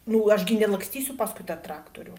nu aš gi nelakstysiu paskui tą traktorių